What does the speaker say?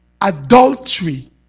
adultery